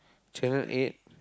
channel-eight